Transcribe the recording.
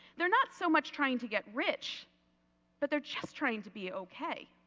they are not so much trying to get rich but they are just trying to be okay.